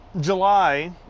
July